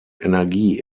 energie